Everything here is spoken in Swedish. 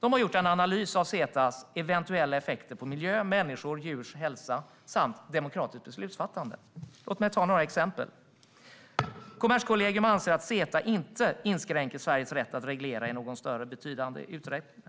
Kommerskollegium har gjort en analys av CETA:s eventuella effekter på miljö, människors och djurs hälsa samt demokratiskt beslutsfattande. Låt mig läsa upp några exempel. Kommerskollegium anser att CETA inte inskränker Sveriges rätt att reglera i någon större eller betydande utsträckning.